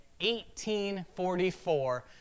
1844